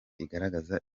igaragaza